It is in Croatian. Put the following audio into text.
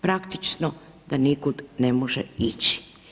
Praktično da nikud ne može ići.